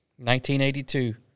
1982